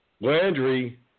Landry